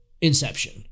inception